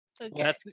Okay